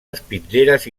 espitlleres